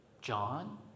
John